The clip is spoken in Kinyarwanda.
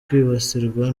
kwibasirwa